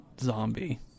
zombie